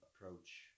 approach